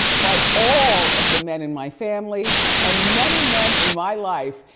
but all of the men in my family and many men in my life.